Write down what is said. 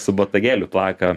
su botagėliu plaka